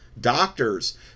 doctors